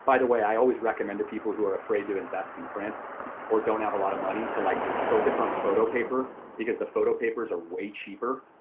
the way, i always recommend to people who are afraid to invest in prints or don't have a lot of money to like focus on photo paper because the photo papers are way cheaper.